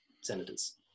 senators